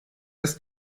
das